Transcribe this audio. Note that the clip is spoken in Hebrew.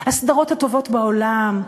הסדרות הטובות בעולם,